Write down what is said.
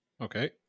Okay